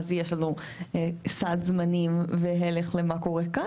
אז יש לנו סעד זמנים והלך למה קורה כאן,